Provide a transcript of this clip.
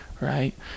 right